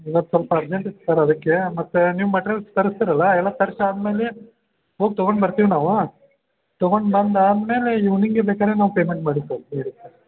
ಇವತ್ತು ಸ್ವಲ್ಪ ಅರ್ಜೆಂಟ್ ಇತ್ತು ಸರ್ ಅದಕ್ಕೆ ಮತ್ತು ನೀವು ಮೆಟೀರಿಯಲ್ಸ್ ತರ್ಸ್ತೀರಲ್ಲ ಎಲ್ಲ ತರ್ಸಿ ಆದ್ಮೇಲೆ ಹೋಗಿ ತೊಗೊಂಡು ಬರ್ತೀವಿ ನಾವು ತಗೊಂಡು ಬಂದಾದ್ಮೇಲೆ ಈವ್ನಿಂಗೇ ಬೇಕಾರೆ ನಾ ಪೇಮೆಂಟ್